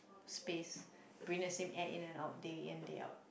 space breath the same air in the out day yet day out